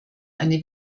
eine